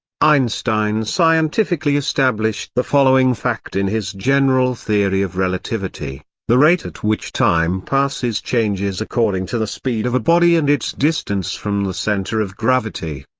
einstein scientifically established the following fact in his general theory of relativity the rate at which time passes changes according to the speed of a body and its distance from the center of gravity.